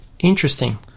Interesting